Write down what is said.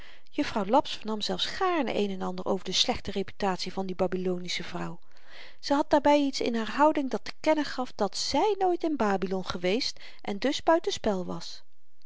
juffrouw laps vernam zelfs gaarne een en ander over de slechte reputatie van die babilonische vrouw ze had daarby iets in haar houding dat te kennen gaf dat zy nooit in babilon geweest en dus buiten spel was